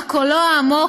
רק קולו העמוק,